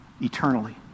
eternally